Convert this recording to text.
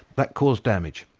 that caused damage.